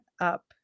up